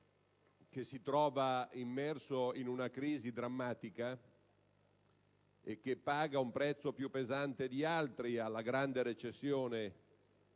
che si trova immerso in una crisi drammatica e paga un prezzo più pesante di altri alla grande recessione